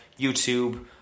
YouTube